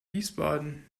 wiesbaden